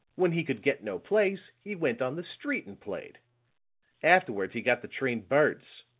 when he could get no place, he went on the street and played afterwards he got the trained birds.